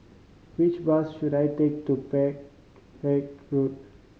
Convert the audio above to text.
which bus should I take to Peck Hay Road